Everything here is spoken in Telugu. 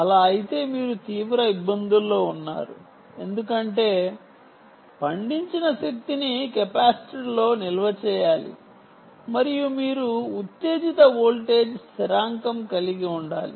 అలా అయితే మీరు తీవ్ర ఇబ్బందుల్లో ఉన్నారు ఎందుకంటే పండించిన శక్తిని కెపాసిటర్లో నిల్వ చేయాలి మరియు మీరు ఉత్తేజిత వోల్టేజ్ స్థిరాంకం కలిగి ఉండాలి